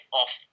off